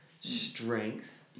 strength